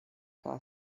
cada